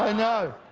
ah know.